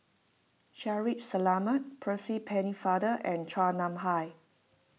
Shaffiq Selamat Percy Pennefather and Chua Nam Hai